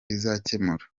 izakemura